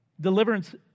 Deliverance